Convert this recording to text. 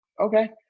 okay